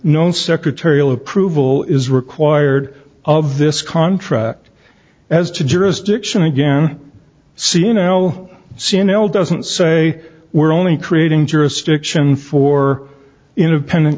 known secretarial approval is required of this contract as to jurisdiction again seen l c n l doesn't say we're only creating jurisdiction for independent